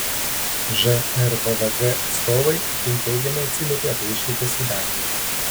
žrvvg atstovai itin teigiamai atsiliepė apie išvykas į daniją